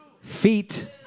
Feet